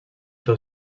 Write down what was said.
seu